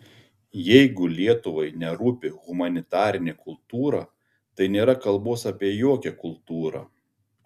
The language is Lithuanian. jeigu lietuvai nerūpi humanitarinė kultūra tai nėra kalbos apie jokią kultūrą